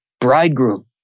bridegroom